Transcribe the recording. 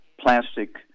plastic